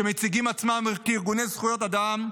שמציגים עצמם כארגוני זכויות אדם,